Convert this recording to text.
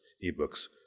e-books